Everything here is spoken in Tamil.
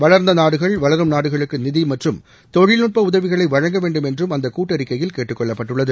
வளர்ந்த நாடுகள் வளரும் நாடுகளுக்கு நிதி மற்றும் தொழில்நுட்ப உதவிகளை வழங்க வேண்டும் என்றும் அந்த கூட்டறிக்கையில் கேட்டுக்கொள்ளப்பட்டுள்ளது